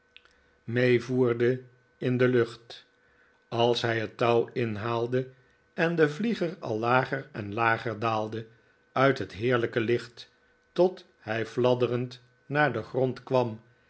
oerde in de lucht als hij het touw inhaalde en de vlieger al lager en lager daalde uit het heerlijke licht tot hij fladderend naar den grond kwam